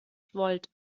volt